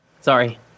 Sorry